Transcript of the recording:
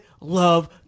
love